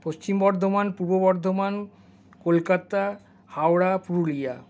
Paschim Bardhaman Purba Bardhaman Kolkata Howrah Purulia